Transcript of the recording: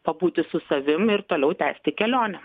pabūti su savim ir toliau tęsti kelionę